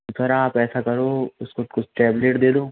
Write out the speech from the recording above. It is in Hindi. सर आप ऐसा करो उसको कुछ टैबलेट दे दो